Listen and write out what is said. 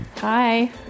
Hi